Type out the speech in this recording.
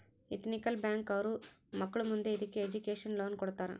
ethical bank ಅವ್ರು ಮಕ್ಳು ಮುಂದೆ ಇದಕ್ಕೆ ಎಜುಕೇಷನ್ ಲೋನ್ ಕೊಡ್ತಾರ